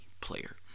player